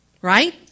Right